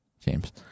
James